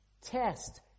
Test